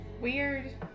Weird